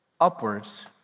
Upwards